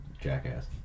jackass